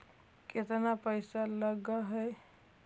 केतना पैसा लगय है?